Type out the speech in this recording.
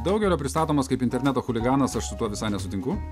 daugelio pristatomas kaip interneto chuliganas aš su tuo visai nesutinku